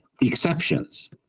exceptions